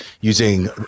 using